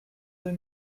deux